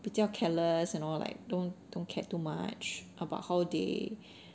比较 careless and all like don't don't care too much about how they